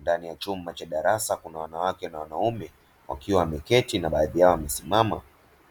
Ndani ya chumba cha darasa kuna wanawake na wanaume wakiwa wameketi na baadhi yao wamesimama,